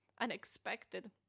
unexpected